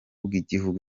bw’ibihugu